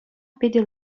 питӗ